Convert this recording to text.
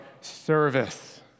service